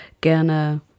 gerne